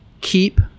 keep